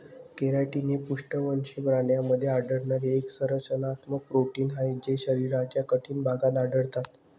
keratin हे पृष्ठवंशी प्राण्यांमध्ये आढळणारे एक संरचनात्मक प्रोटीन आहे जे शरीराच्या कठीण भागात आढळतात